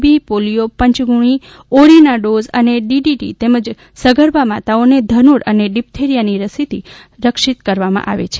બી polio પંચગુણી ઓરીના dose અને ડીટીટી તેમજ સગર્ભા માતાઓને ધનુર અને ડીપ્થેરીયાની રસીથી રક્ષિત કરવામાં આવે છે